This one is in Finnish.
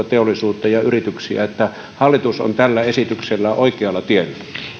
teollisuutta ja yrityksiä hallitus on tällä esityksellä oikealla tiellä